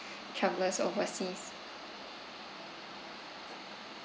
travellers overseas